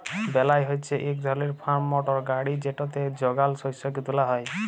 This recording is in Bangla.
বেলার হছে ইক ধরলের ফার্ম মটর গাড়ি যেটতে যগাল শস্যকে তুলা হ্যয়